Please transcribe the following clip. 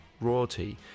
royalty